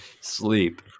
sleep